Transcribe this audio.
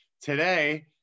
Today